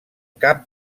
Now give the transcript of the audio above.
cap